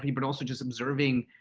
but also, just observing,